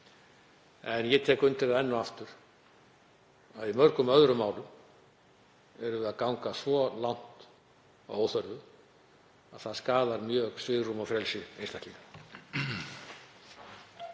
En ég tek undir það enn og aftur að í mörgum öðrum málum göngum við svo langt að óþörfu að það skaðar mjög svigrúm og frelsi einstaklinga.